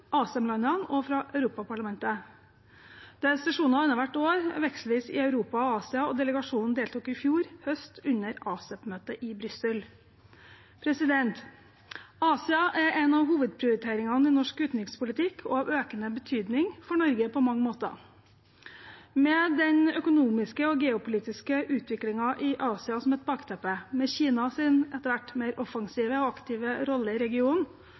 og fra Europaparlamentet. Det er sesjoner annet hvert år, vekselvis i Europa og Asia, og delegasjonen deltok i fjor høst under ASEP-møtet i Brussel. Asia er en av hovedprioriteringene i norsk utenrikspolitikk og har økende betydning for Norge på mange måter. Med den økonomiske og geopolitiske utviklingen i Asia som et bakteppe, med Kinas etter hvert mer offensive og aktive rolle i regionen,